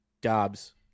Dobbs